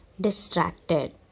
distracted